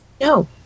no